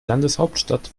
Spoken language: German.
landeshauptstadt